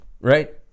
right